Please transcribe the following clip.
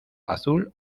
azul